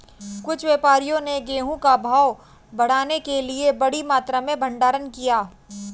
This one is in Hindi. कुछ व्यापारियों ने गेहूं का भाव बढ़ाने के लिए बड़ी मात्रा में भंडारण किया